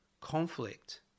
conflict